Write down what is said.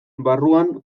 barruan